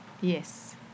Yes